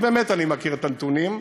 כי באמת אני מכיר את הנתונים,